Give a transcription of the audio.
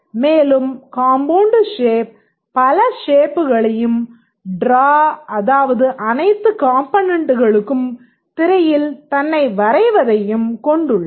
மேலும் compound shape பல ஷேப்புகளையும் ட்ரா அதாவது அனைத்து காம்பனன்ட்களுக்கும் திரையில் தன்னை வரைவதையும் கொண்டுள்ளது